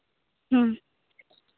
ᱦᱮᱸ